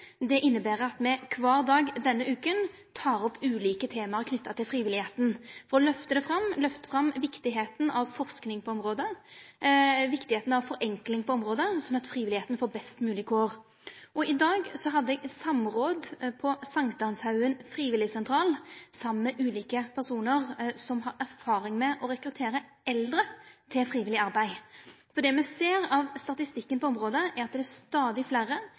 Det inneber at me kvar dag denne veka tek opp ulike tema knytte til frivilligheita for å løfte det fram, løfte fram viktigheita av forsking på området, viktigheita av forenkling på området, sånn at frivilligheita får best moglege kår. I dag hadde eg samråd på St. Hanshaugens frivillighetssentral, saman med ulike personar som har erfaring med å rekruttere eldre til frivillig arbeid. Det me ser av statistikken på området, er at det er stadig